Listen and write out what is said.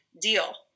deal